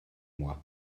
mois